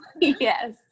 Yes